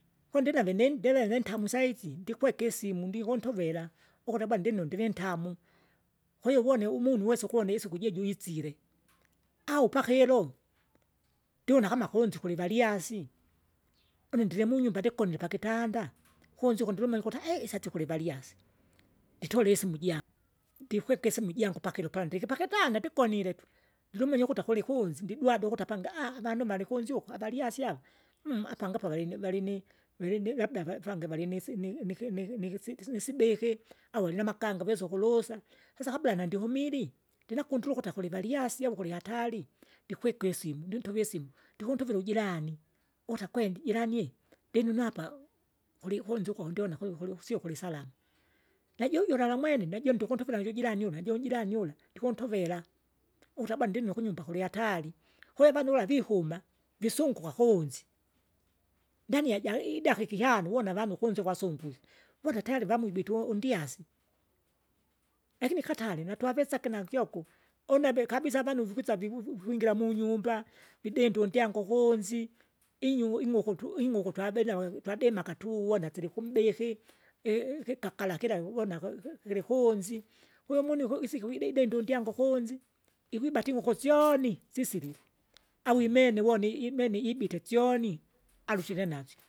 Kondinave nindele nintamu saizi ndikweka isimu ndikontuvira, ukute bwana ndinu ndinvintamu, kwahiyo uvoni umunu uwesa uwesa ukune isuku jojuisile, au pakilo ndiune kama kunzi kulivalyasi, une ndirimunyumba ndikonile pakitanda, kunzi uko ndrimile ukuta isaizi kulivalyasi, nditole isimu jangu, ndikweka isimu jangu pakilo ndiripakitanga ndikonile tu, ndurumanya akuti kulikunzi ndidwada ukuti apangi anagandumale kunzi ukwa avalyasi ava, apangi apo valini valini vilini labda va- vange valinisi niki niki nikisitsi nisibiki au alinamakanga uweza ukulusa, sasa kabbla nandihumili. Ndinakundru ukuta kulivalyasi, au kulihatari, ndikwikwe isimu ndintove isimu, ndikuntukira ujurani, ukuta akwendi jirani eehe! ndinino apa, kulikunzi ukundiona kulukulu sio kuli salama. Najujula lala mwene najuntu kuntukira jujirani une najujirani ura, ndikuntovera, ukuta aba ndinyo kunyumba kulihaari, kwe vanula vihum, visungukwa kuunzi, ndania ja idakika ihano uwona avandu kunzuka asungwike, uvona tayari vamu vitu ndyasi. Lakini katare natwavesage nankyoku, unevi kabisa avanu vikwisa vihu vikwingira munyumba, vidinda undyangu kuunzi, inyu in'uku tu ing'uku twabenawe twadima akatuwona silikumbiki, i- ikikakala kila wiwona kayi ki- kilikunzi, wemunu uku isike wididinde undyangu kuunzi, ikwibata ing'uku syoni, sisilile, au imene voni imeni ibite syoni, arutire nasyo.